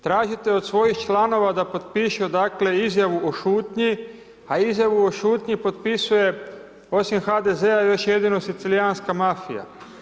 Tražite od svojih članova da potpišu dakle izjavu o šutnji a izjavu o šutnji potpisuje osim HDZ-a još jedino sicilijanska mafija.